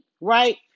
right